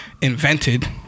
invented